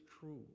true